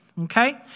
okay